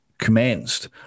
commenced